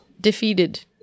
defeated